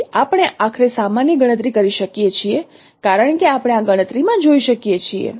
તેથી આપણે આખરે સામાન્ય ગણતરી કરી શકીએ છીએ કારણ કે આપણે આ ગણતરી માં જોઈ શકીએ છીએ